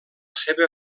seva